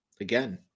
Again